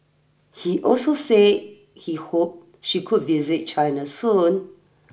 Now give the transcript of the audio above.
he also say he hoped she could visit China soon